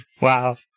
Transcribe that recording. Wow